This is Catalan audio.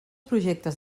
projectes